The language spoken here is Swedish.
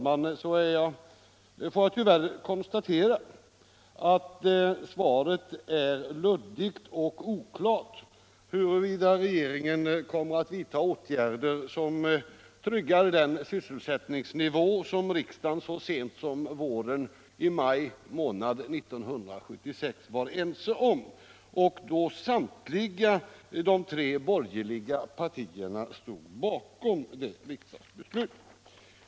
Men i övrigt får jag tyvärr konstatera att svaret är luddigt och oklart beträffande huruvida regeringen kommer att vidta åtgärder som tryggar en sysselsättningsnivå som vi i riksdagen så sent som i maj 1976 var ense om — och då samtliga de tre borgerliga partierna stod bakom riksdagsbeslutet.